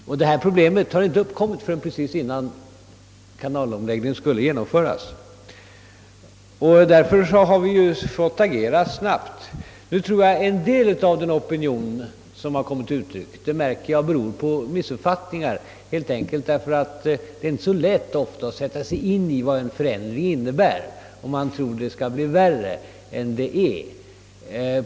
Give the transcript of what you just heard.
Men problemet har inte uppkommit förrän precis innan kanalomläggningen skulle genomföras, och därför har vi fått agera snabbt. Jag tror emellertid att en del av den opinion som kommit till uttryck beror på missuppfattningar. Det är helt enkelt inte så lätt att sätta sig in i vad en förändring innebär, och man tror ofta att det skall bli värre än det är.